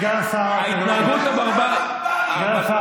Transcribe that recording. הדליקה אותי ההתנהגות הברברית של הארגון שאתה,